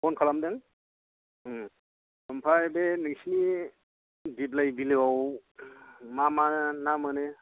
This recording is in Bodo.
फन खालामदों आमफ्राय बे नोंसिनि दिब्लाइ बिलोआव मा मा ना मोनो